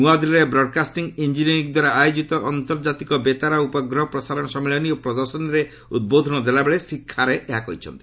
ନୂଆଦିଲ୍ଲୀରେ broadcasting engineering ଦ୍ୱାରା ଆୟୋଜିତ ଆନ୍ତର୍କାତିକ ବେତାର ଓ ଉପଗ୍ରହ ପ୍ରସାରଣ ସମ୍ମିଳନୀ ଓ ପ୍ରଦର୍ଶନୀରେ ଉଦ୍ବୋଧନ ଦେଲାବେଳେ ଶ୍ରୀ ଖାରେ ଏହା କହିଛନ୍ତି